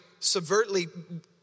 subvertly